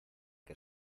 que